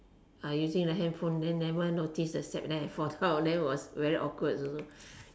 uh using the handphone then never notice the step then I fall down then was very awkward also